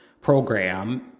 program